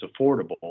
affordable